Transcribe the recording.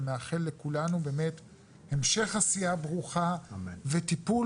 ומאחל לכולנו המשך עשייה ברוכה וטיפול